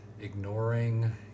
ignoring